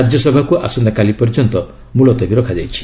ରାଜ୍ୟସଭାକୁ ଆସନ୍ତାକାଲି ପର୍ଯ୍ୟନ୍ତ ମୁଲତବୀ ରଖାଯାଇଛି